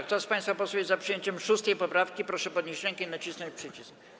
Kto z państwa posłów jest za przyjęciem 6. poprawki, proszę podnieść rękę i nacisnąć przycisk.